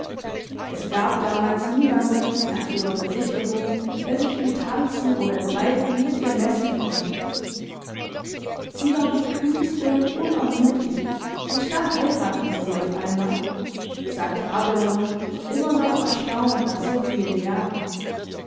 es gab damals niemanden nach ihrer versicherung der sich im tanzen oder im reiten mir ihr messen konnte sie war die kühnste und unermüdlich und dann heiratete sie auf einmal sagte abelone immer noch erstaunt nach so vielen jahren